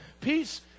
peace